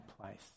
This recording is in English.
place